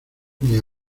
mis